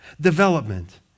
Development